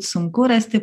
sunku rasti